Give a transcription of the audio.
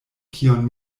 kion